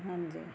ਹਾਂਜੀ